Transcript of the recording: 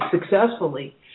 successfully